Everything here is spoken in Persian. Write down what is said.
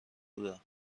بودم